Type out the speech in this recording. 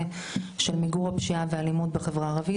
של מיגור הפשיעה והאלימות בחברה הערבית.